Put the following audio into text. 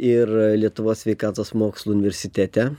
ir lietuvos sveikatos mokslų universitete